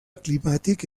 climàtic